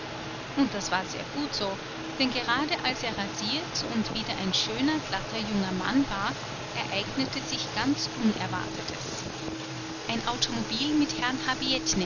und das war sehr gut so denn gerade als er rasiert und wieder ein schöner glatter junger mann war ereignete sich ganz unerwartetes ein automobil mit herrn